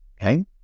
okay